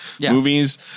movies